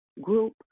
group